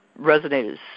resonated